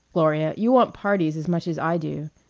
gloria, you want parties as much as i do.